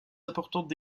importantes